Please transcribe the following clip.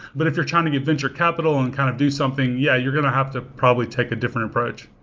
but if you're trying to get venture capital and kind of do something, yeah, you're going to have to probably take a different approach.